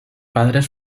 padres